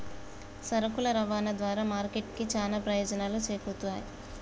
సరుకుల రవాణా ద్వారా మార్కెట్ కి చానా ప్రయోజనాలు చేకూరుతయ్